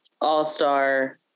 all-star